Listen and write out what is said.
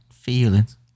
feelings